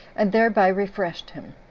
and thereby refreshed him.